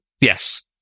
yes